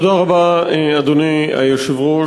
תודה רבה, אדוני היושב-ראש.